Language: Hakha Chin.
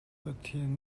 pathian